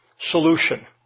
solution